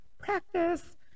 practice